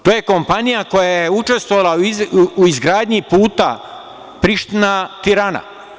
To je kompanija koja je učestvovala u izgradnji puta Priština – Tirana.